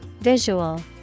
Visual